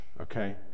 okay